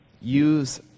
Use